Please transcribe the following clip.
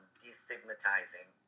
destigmatizing